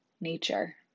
nature